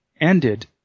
ended